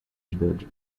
dog